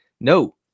No